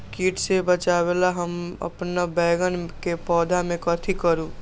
किट से बचावला हम अपन बैंगन के पौधा के कथी करू?